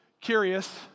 curious